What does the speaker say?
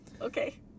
Okay